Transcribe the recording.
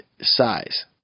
size